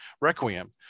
requiem